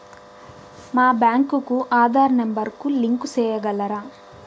మా బ్యాంకు కు ఆధార్ నెంబర్ కు లింకు సేయగలరా?